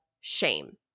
shame